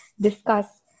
discuss